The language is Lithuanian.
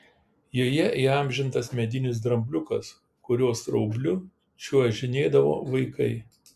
joje įamžintas medinis drambliukas kurio straubliu čiuožinėdavo vaikai